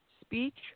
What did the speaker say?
Speech